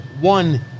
one